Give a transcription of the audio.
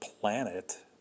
planet